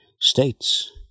states